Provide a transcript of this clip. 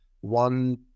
one